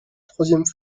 troisième